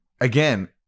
again